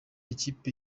ikipe